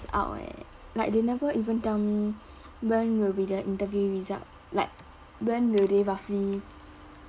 out eh like they never even tell me when will be their interview result like when will they roughly